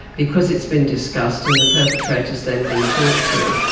because it's been discussed and the perpetrator's then been talked to,